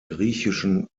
griechischen